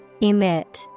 Emit